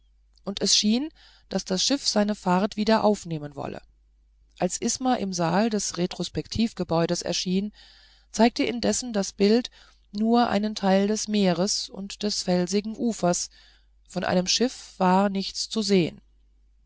und es scheinen daß das schiff seine fahrt wieder aufnehmen wolle als isma im saal des retrospektivgebäudes erschien zeigte indessen das bild nur einen teil des meeres und des felsigen ufers von einem schiff war nichts zu sehen